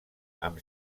amb